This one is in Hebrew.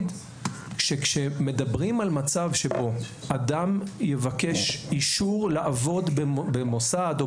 כשמדברים על מצב שבו אדם יבקש אישור לעבוד במוסד,